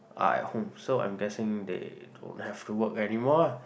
are at home so I'm guessing they don't have to work anymore ah